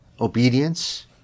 obedience